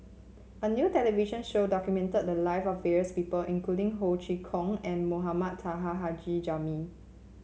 a new television show documented the live of various people including Ho Chee Kong and Mohamed Taha Haji Jamil